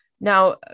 Now